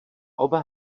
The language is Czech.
oba